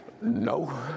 no